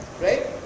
right